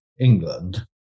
England